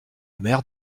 omer